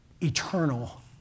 eternal